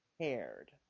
cared